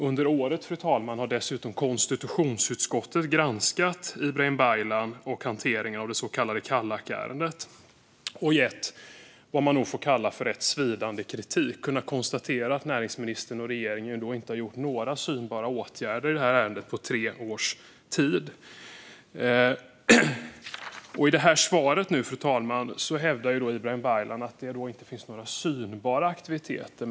Under året, fru talman, har dessutom konstitutionsutskottet granskat Ibrahim Baylan och hanteringen av det så kallade Kallakärendet och gett vad man nog får kalla svidande kritik. Man har konstaterat att näringsministern och regeringen inte har gjort några synbara åtgärder i ärendet under tre års tid. I det svar som jag har fått nu hävdar Ibrahim Baylan att det inte finns några synbara aktiviteter.